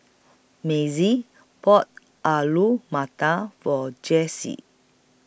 Mazie bought Alu Matar For Jessie